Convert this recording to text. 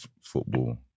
football